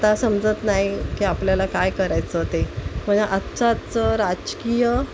आता समजत नाही की आपल्याला काय करायचं ते म्हणजे आजचं आजचं राजकीय